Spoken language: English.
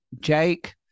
jake